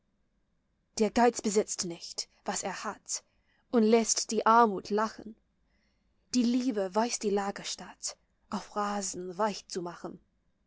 der geiz besitzt nicht was er hat und läßt die armut lachen die liebe weiß die lagerstatt auf rasen weich zu machen